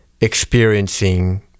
experiencing